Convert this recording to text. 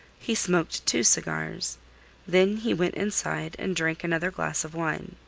he smoked two cigars then he went inside and drank another glass of wine.